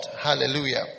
Hallelujah